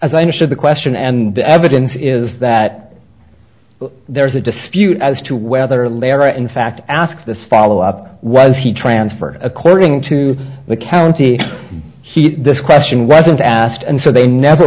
as i understood the question and the evidence is that there was a dispute as to whether larry in fact asked this follow up was he transferred according to the county he this question wasn't asked and so they never